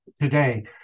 today